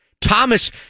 Thomas